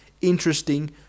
interesting